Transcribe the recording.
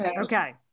okay